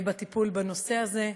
בטיפול בנושא הזה.